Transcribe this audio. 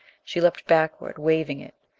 she leaped backward, waving it.